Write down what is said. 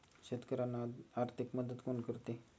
शेतकऱ्यांना आर्थिक मदत कोण करते?